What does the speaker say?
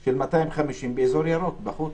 עם 250 אנשים באזור ירוק, בחוץ.